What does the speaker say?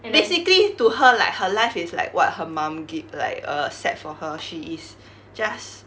basically to her like her life is like what her mum gi~ like err set for her she is just